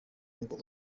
ngo